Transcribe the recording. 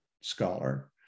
scholar